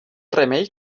remei